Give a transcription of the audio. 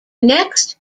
next